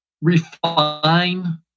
refine